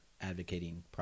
advocating